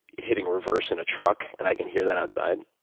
hitting reverse in a truck and i can hear that outside,